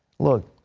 look,